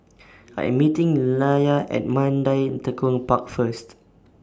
I Am meeting Nelia At Mandai Tekong Park First